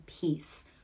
peace